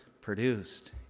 produced